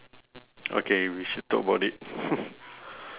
okay we should talk about it